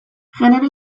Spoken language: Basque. genero